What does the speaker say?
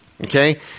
okay